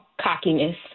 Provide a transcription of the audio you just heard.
cockiness